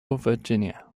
virginia